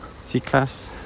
C-Class